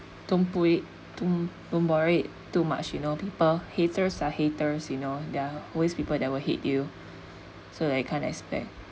don't put it don't worried too much you know people haters are haters you know they're always people that will hate you so like you can't expect